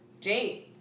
Jade